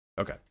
Okay